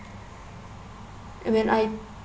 and when I